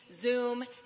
Zoom